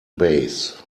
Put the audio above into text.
base